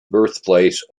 birthplace